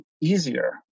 easier